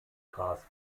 gras